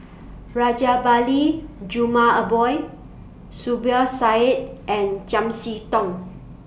Rajabali Jumabhoy Zubir Said and Chiam See Tong